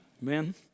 Amen